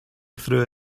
through